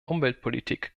umweltpolitik